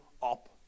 up